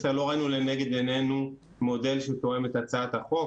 לא ראינו לנגד עינינו מודל שתואם את הצעת החוק.